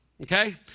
Okay